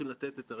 מסיבותיהם.